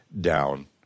down